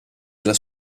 della